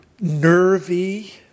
nervy